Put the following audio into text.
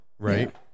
right